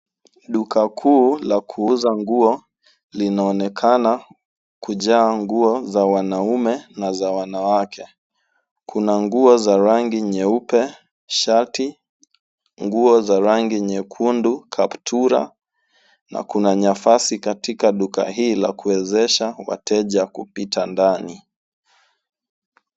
Duka kuu la kuuza nguo linaonekana kujaa nguo za wanaume na za wanawake. Kuna nguo za rangi nyeupe, shati, nguo za rangi nyekundu, kaptura na kuna nafasi katika hii la kuwezesha wateja kupita ndani.